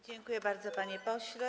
Dziękuję bardzo, panie pośle.